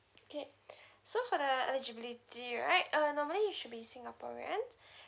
okay so for the eligibility right uh normally you should be singaporean